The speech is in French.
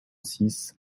six